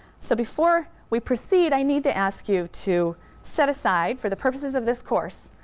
so before we proceed, i need to ask you to set aside for the purposes of this course,